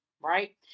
right